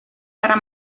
para